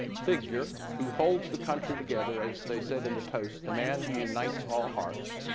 figure who holds the country together as they said in the toast, the man who unites all hearts.